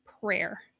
prayer